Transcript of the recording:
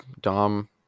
Dom